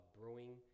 brewing